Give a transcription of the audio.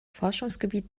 forschungsgebiet